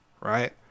right